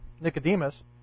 Nicodemus